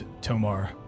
Tomar